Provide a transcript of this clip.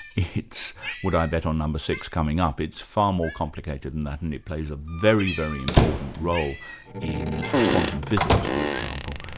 it's would i bet on no. six coming up, it's far more complicated than that, and it plays a very, very important role in quantum physics, for example.